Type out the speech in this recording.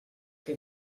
que